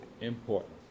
important